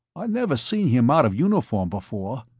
i never seen him out of uniform before.